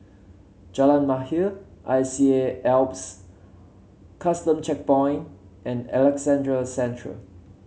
Jalan Mahir I C A Alps Custom Checkpoint and Alexandra Central